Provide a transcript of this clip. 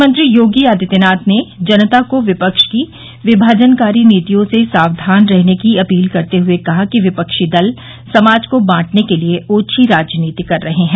मुख्यमंत्री योगी आदित्यनाथ ने जनता को विपक्ष की विभाजनकारी नीतियों से सावधान रहने की अपील करते हुए कहा कि विपक्षी दल समाज को बांटने के लिए ओछी राजनीति कर रहे हैं